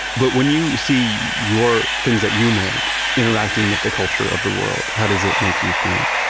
but when you see your things that you make interacting with the culture of the world, how does it make you feel?